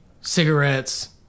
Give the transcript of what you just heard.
Cigarettes